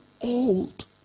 old